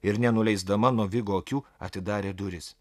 ir nenuleisdama nuo vigo akių atidarė duris